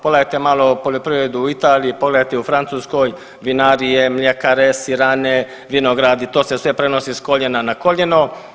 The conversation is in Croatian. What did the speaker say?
Pogledajte malo poljoprivredu u Italiji, pogledajte u Francuskoj vinarije, mljekare, sirane, vinograd i to se sve prenosi sa koljena na koljeno.